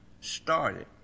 started